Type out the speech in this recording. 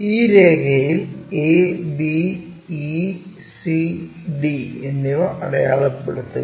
ഈ രേഖയിൽ a b e c d എന്നിവ അടയാളപ്പെടുത്തുക